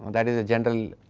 that is a general